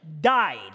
died